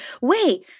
wait